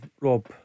Rob